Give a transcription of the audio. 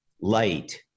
light